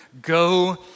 go